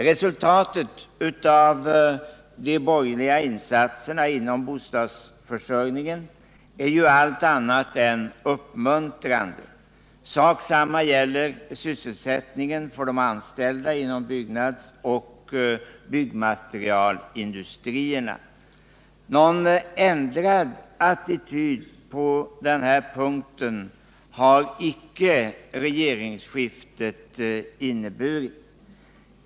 Resultatet av de borgerliga insatserna inom bostadsförsörjningen är ju allt annat än uppmuntrande. Detsamma gäller sysselsättningen för de anställda inom byggnadsoch byggnadsmaterialindustrierna. Någon ändrad attityd på denna punkt har inte regeringsskiftet inneburit.